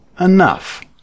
enough